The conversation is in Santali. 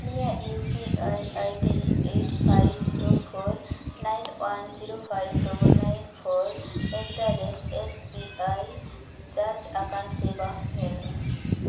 ᱱᱤᱭᱟᱹ U P I ID eight five zero four nine one zero five double nine four at the rate S B I ᱡᱟᱪ ᱟᱠᱟᱱ ᱥᱮ ᱵᱟᱝ ᱧᱮᱞᱢᱮ